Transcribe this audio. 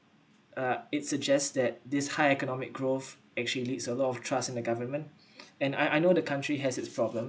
uh it suggests that this high economic growth actually leads a lot of trust in the government and I I know the country has its problems